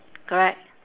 correct